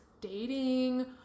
dating